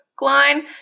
line